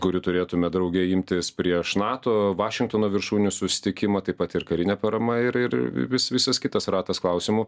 kurių turėtume draugė imtis prieš nato vašingtono viršūnių susitikimą taip pat ir karinė parama ir ir vis visas kitas ratas klausimų